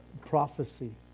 prophecy